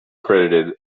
credited